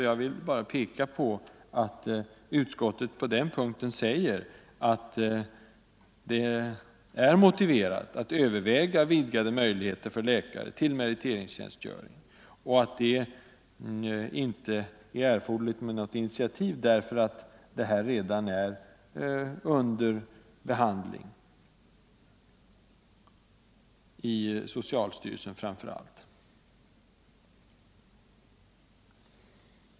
Jag vill bara peka på att utskottet på den punkten säger, att det är motiverat att överväga vidgade möjligheter för läkare till meriteringstjänstgöring, men att det inte är erforderligt med något riksdagens initiativ därför att denna fråga redan är under behandling, framför allt i socialstyrelsen.